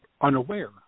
unaware